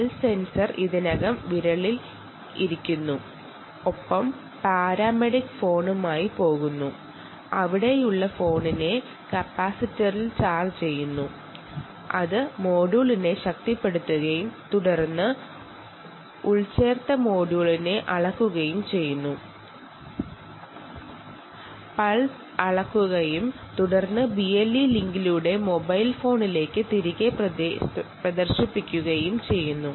pulse sensor വിരലിൽ ഇരിക്കുന്നു ഒപ്പം ഫോണുമായി പോകുന്നു അവിടെയുള്ള ഫോണിനെ കപ്പാസിറ്ററിൽ നിന്ന് ചാർജ് ചെയ്യുന്നു അത് മൊഡ്യൂളിനെ പവർ ചെയ്യുകയും തുടർന്ന് എംബഡഡ് മൊഡ്യൂളിനെ അളക്കുകയും ആ പൾസ് BLE ലിങ്കിലൂടെ മൊബൈൽ ഫോണിൽ പ്രദർശിപ്പിക്കുകയും ചെയ്യുന്നു